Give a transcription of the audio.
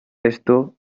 esto